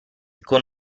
con